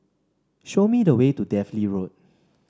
show me the way to Dalvey Road